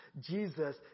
Jesus